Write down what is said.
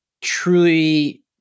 truly